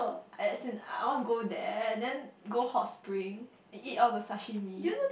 as in I want to go there and then go hot spring and eat all the sashimi